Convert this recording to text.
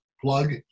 plug